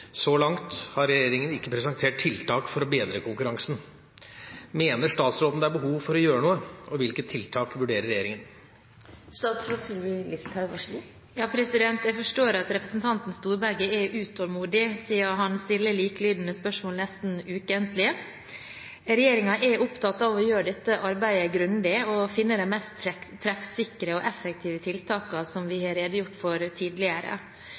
Så langt har regjeringa ikke presentert tiltak for å bedre konkurransen. Mener statsråden det er behov for å gjøre noe, og hvilke tiltak vurderer regjeringa?» Jeg forstår at representanten Storberget er utålmodig, siden han stiller likelydende spørsmål nesten ukentlig. Regjeringen er opptatt av å gjøre dette arbeidet grundig og finne de mest treffsikre og effektive tiltakene, som vi har redegjort for tidligere.